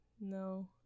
no